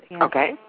Okay